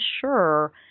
sure